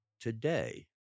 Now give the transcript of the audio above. today